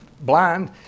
blind